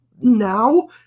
now